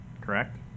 correct